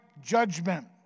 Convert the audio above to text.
judgment